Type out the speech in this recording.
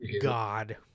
God